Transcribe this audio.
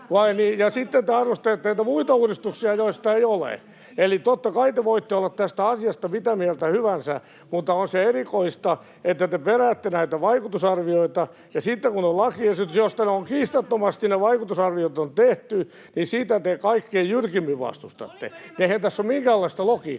Ja sitten te arvostelette niitä muita uudistuksia, joista ei ole. Eli totta kai te voitte olla tästä asiasta mitä mieltä hyvänsä, mutta on se erikoista, että te peräätte näitä vaikutusarvioita ja sitten, kun on lakiesitys, josta ne vaikutusarvioinnit on kiistattomasti tehty, sitä te kaikkein jyrkimmin vastustatte. Eihän tässä ole minkäänlaista logiikkaa.